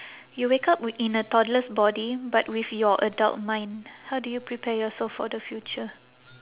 you wake up w~ in a toddler's body but with your adult mind how do you prepare yourself for the future